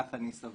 כך אני סברתי,